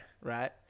Right